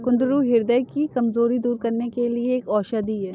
कुंदरू ह्रदय की कमजोरी दूर करने के लिए एक औषधि है